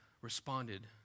responded